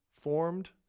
formed